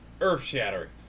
earth-shattering